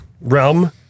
realm